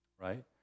right